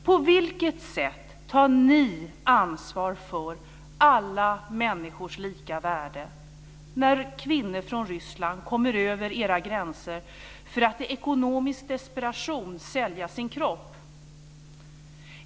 På vilket sätt tar ni ansvar för alla människors lika värde när kvinnor från Ryssland kommer över era gränser för att i ekonomisk desperation sälja sin kropp?